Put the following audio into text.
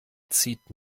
zieht